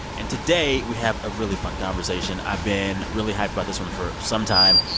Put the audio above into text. and today, we have a really fun conversation. i've been really hyped by this one for some time.